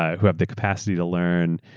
ah who have the capacity to learn.